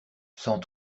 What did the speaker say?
cent